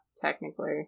Technically